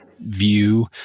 view